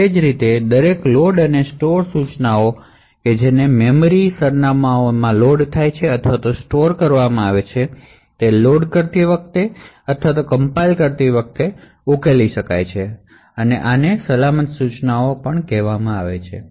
તેવી જ રીતે દરેક લોડ અને સ્ટોર ઇન્સટ્રકશનશ કે જેની મેમરી મેમરી સરનામાંને તેઓ લોડ કરવા અથવા સ્ટોર કરવા માંગે છે તે લોડ કરતી વખતે અથવા કમ્પાઇલ કરતી વખતે ઉકેલી શકાય છે આને સલામત ઇન્સટ્રકશનશ પણ કહેવામાં આવે છે